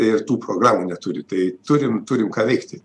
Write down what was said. ir tų programų neturi tai turim turim ką veikti